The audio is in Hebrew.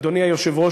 אדוני היושב-ראש,